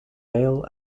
veil